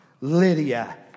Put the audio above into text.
Lydia